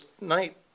night